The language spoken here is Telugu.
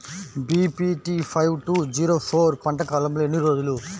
BPT five two zero four పంట కాలంలో ఎన్ని రోజులు?